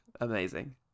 Amazing